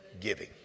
giving